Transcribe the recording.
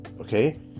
okay